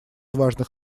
важных